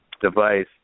device